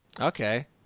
Okay